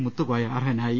മുത്തുക്കോയ അർഹനായി